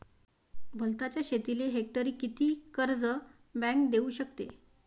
वलताच्या शेतीले हेक्टरी किती कर्ज बँक देऊ शकते?